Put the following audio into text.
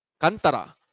Kantara